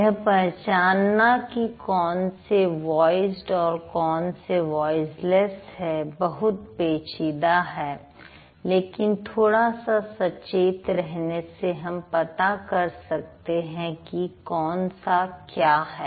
यह पहचान ना कि कौन से वॉइसड और कौनसे वॉइसलेस है बहुत पेचीदा है लेकिन थोड़ा सा सचेत रहने से हम पता कर सकते हैं कि कौन सा क्या है